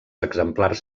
exemplars